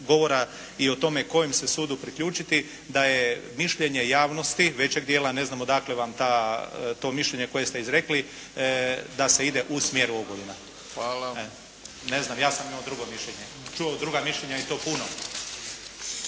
govora i o tome kojem se sudu priključiti da je mišljenje javnosti većeg dijela, ne znam odakle vam to mišljenje koje ste izrekli, da se ide u smjeru Ogulina. Ne znam, ja sam imao drugo mišljenje, čuo druga mišljenja i to puno.